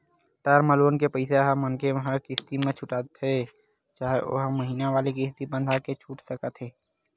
term loan के पइसा ल मनखे ह किस्ती म छूटथे चाहे ओहा महिना वाले किस्ती बंधाके छूट सकत हे